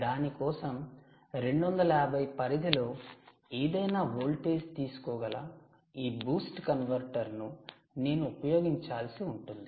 దాని కోసం 250 పరిధిలో ఏదైనా వోల్టేజ్ తీసుకోగల ఈ 'బూస్ట్ కన్వర్టర్' ను నేను ఉపయోగించాల్సి ఉంటుంది